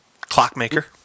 clockmaker